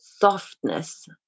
softness